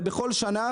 ובכל שנה,